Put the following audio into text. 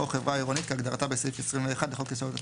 או חברה עירונית כהגדרתה בסעיף 21 לחוק יסודות התקציב,